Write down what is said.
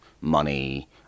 money